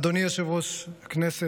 אדוני יושב-ראש הכנסת,